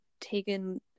taken